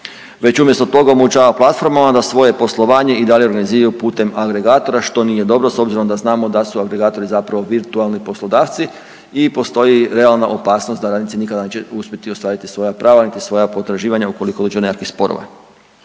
već umjesto toga omogućava platformama da svoje poslovanje i dalje organiziraju putem agregatora što nije dobro s obzirom da znamo da su agregatori zapravo virtualni poslodavci i postoji realna opasnost da radnici nikad neće uspjeti svoja prava niti svoja potraživanja ukoliko dođe do nekakvih sporova.